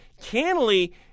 cannily